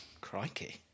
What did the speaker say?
Crikey